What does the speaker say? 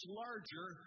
larger